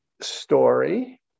story